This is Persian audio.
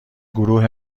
گروه